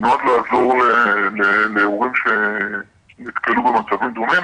שנועד לעזור להורים שנתקלו במצבים דומים,